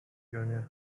görünüyor